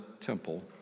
temple